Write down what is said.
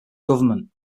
government